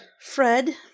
Fred